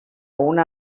una